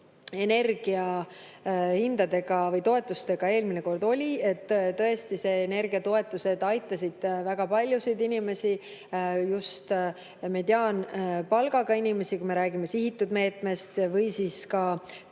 energiahindade või toetustega eelmine kord oli. Energiatoetused aitasid väga paljusid inimesi, just mediaanpalgaga inimesi, kui me räägime sihitud meetmest. Tegelikult